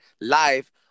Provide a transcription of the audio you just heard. live